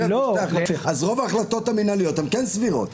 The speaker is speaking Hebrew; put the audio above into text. אז רוב ההחלטות המינהליות הן כן סבירות.